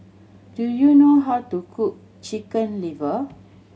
do you know how to cook Chicken Liver